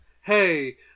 hey